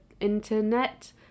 internet